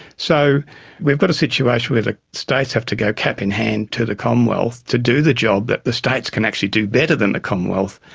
so we've got a situation where the states have to go cap-in-hand to the commonwealth to do the job that the states can actually do better than the commonwealth,